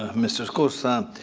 ah mr. scorza,